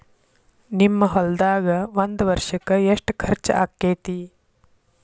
ನಿಮ್ಮ ಹೊಲ್ದಾಗ ಒಂದ್ ವರ್ಷಕ್ಕ ಎಷ್ಟ ಖರ್ಚ್ ಆಕ್ಕೆತಿ?